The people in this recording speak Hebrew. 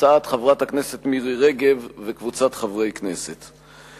הצעות חברת הכנסת מירי רגב וחברי כנסת נוספים.